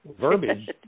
verbiage